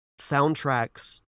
soundtracks